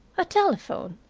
a telephone!